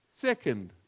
second